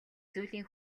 зүйлийн